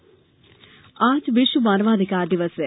मानवाधिकार दिवस आज विश्व मानवाधिकार दिवस है